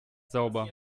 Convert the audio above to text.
sauber